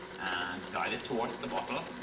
and guide it towards the bottle.